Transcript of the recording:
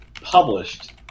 published